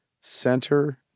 Center